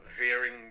hearing